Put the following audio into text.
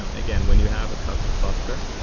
again, when you have a kafka cluster,